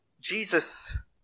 Jesus